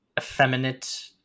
effeminate